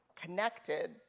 connected